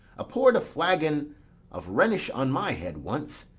a pour'd a flagon of rhenish on my head once.